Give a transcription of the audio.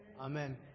Amen